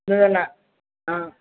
இல்லைன்னா ஆ